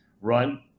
run